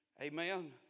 Amen